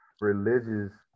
religious